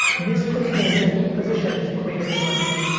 this puts me in a good position to create a new idea.